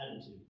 attitude